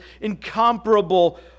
incomparable